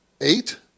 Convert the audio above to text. Eight